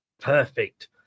Perfect